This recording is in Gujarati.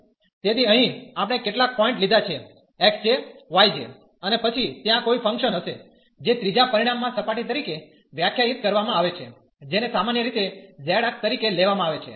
તેથી અહીં આપણે કેટલાક પોઈન્ટ લીધા છે x j y j અને પછી ત્યાં કોઈ ફંક્શન હશે જે ત્રીજા પરિમાણ માં સપાટી તરીકે વ્યાખ્યાયિત કરવામાં આવે છે જેને સામાન્ય રીતે z અક્ષ તરીકે લેવામાં આવે છે